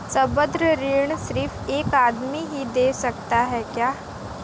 संबंद्ध ऋण सिर्फ एक आदमी ही दे सकता है क्या?